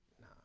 nah